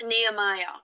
Nehemiah